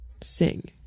sing